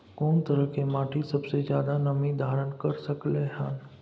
कोन तरह के माटी सबसे ज्यादा नमी धारण कर सकलय हन?